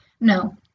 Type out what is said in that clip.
No